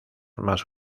más